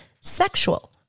sexual